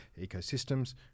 Ecosystems